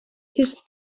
his